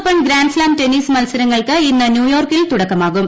open grand slam tennis മത്സരങ്ങൾക്ക് ഇന്ന് ന്യൂയോർക്കിൽ തുടക്കമാകും